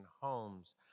homes